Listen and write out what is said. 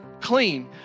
clean